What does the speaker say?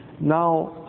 Now